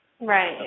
Right